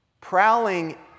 Prowling